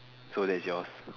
so that is yours